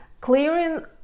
clearing